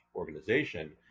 Organization